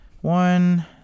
one